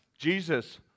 Jesus